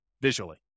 visually